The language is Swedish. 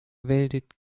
väldigt